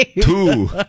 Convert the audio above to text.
Two